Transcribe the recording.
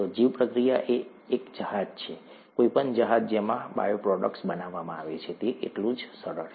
જીવપ્રક્રિયા એ એક જહાજ છે કોઈપણ જહાજ જેમાં બાયોપ્રોડક્ટ્સ બનાવવામાં આવે છે તે એટલું જ સરળ છે